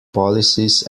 policies